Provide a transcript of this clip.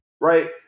right